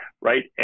right